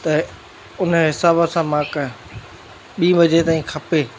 त उन हिसाब सां मां क ॿी बजे ताईं खपे